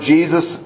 Jesus